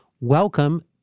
Welcome